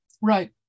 right